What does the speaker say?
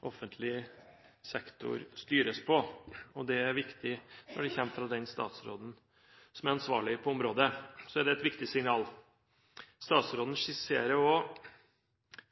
offentlig sektor styres på. Det er viktig. Når det kommer fra den statsråden som er ansvarlig på området, er det et viktig signal. Statsråden skisserer også